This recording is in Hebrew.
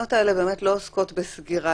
התקנות האלה באמת לא עוסקות בסגירה,